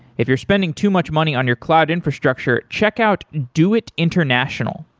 if you're spending too much money on your cloud infrastructure, check out doit international.